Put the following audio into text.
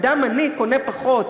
אדם עני קונה פחות.